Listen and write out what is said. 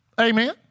Amen